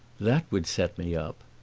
that would set me up!